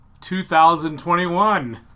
2021